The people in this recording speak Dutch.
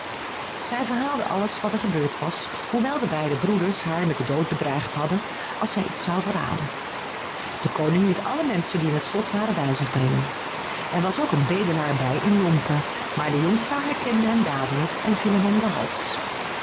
zij verhaalde alles wat er gebeurd was hoewel de beide broeders haar met den dood bedreigd hadden als zij iets zoude verraden de koning liet alle menschen die in het slot waren bij zich brengen er was ook een bedelaar bij in lompen maar de jonkvrouw herkende hem dadelijk en viel hem om den hals